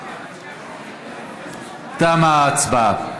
תמה ההצבעה.